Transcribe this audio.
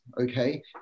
okay